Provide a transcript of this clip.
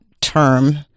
term